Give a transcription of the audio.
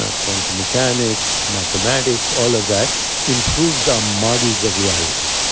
ah quantum mechanics, mathematics, all of that improves our models of reality.